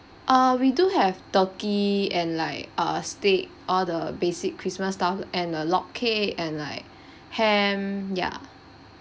uh we do have turkey and like uh steak all the basic christmas stuff and a log cake and like ham ya